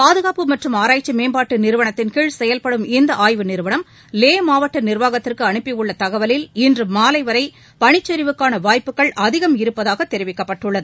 பாதுகாப்பு மற்றும் ஆராய்ச்சி மேம்பாட்டு நிறுவனத்தின்கீழ் செயல்படும் இந்த ஆய்வு நிறுவனம் லே மாவட்ட நீர்வாகத்திற்கு அனுப்பியுள்ள தகவலில் இன்று மாலை வரை பனிச்சரிவுக்கான வாய்ப்புகள் அதிகம் இருப்பதாக தெரிவிக்கப்பட்டுள்ளது